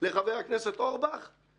הערה אחת לפני שאני מתחיל בדבריי.